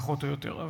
פחות או יותר.